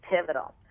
pivotal